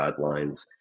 guidelines